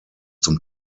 zum